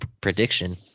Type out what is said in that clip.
prediction